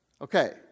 Okay